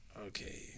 Okay